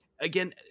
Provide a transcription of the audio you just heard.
again